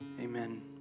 Amen